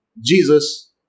Jesus